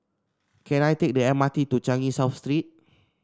can I take the M R T to Changi South Street